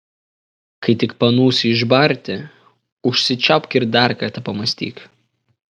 kai tik panūsi išbarti užsičiaupk ir dar kartą pamąstyk